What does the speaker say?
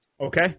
Okay